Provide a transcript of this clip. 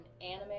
anime